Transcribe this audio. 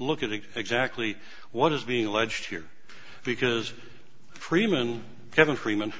look at it exactly what is being alleged here because freeman kevin freeman